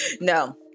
no